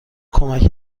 کمک